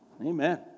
Amen